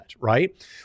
right